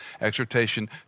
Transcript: Exhortation